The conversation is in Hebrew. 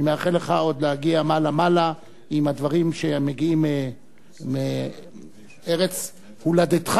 אני מאחל לך עוד להגיע מעלה-מעלה עם הדברים שמגיעים מארץ הולדתך,